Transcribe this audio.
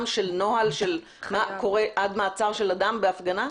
של נוהל לגבי מה שקורה עד מעצר של אדם בהפגנה?